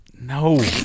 No